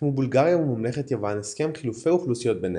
חתמו בולגריה וממלכת יוון הסכם חילופי אוכלוסיות ביניהן,